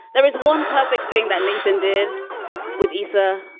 there was one perfect thing that nathan did with eesa.